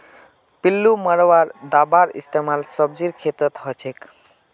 पिल्लू मारा दाबार इस्तेमाल सब्जीर खेतत हछेक